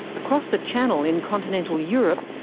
across the channel in continental europe,